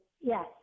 yes